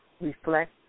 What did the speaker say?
reflect